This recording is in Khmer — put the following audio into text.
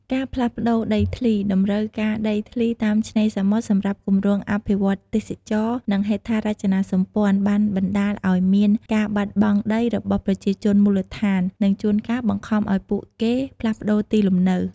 ការផ្លាស់ប្តូរដីធ្លី តម្រូវការដីធ្លីតាមឆ្នេរសមុទ្រសម្រាប់គម្រោងអភិវឌ្ឍន៍ទេសចរណ៍ និងហេដ្ឋារចនាសម្ព័ន្ធ បានបណ្តាលឱ្យមាន ការបាត់បង់ដី របស់ប្រជាជនមូលដ្ឋាន និងជួនកាលបង្ខំឱ្យពួកគេផ្លាស់ប្តូរទីលំនៅ។